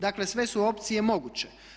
Dakle sve su opcije moguće.